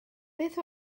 beth